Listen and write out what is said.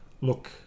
look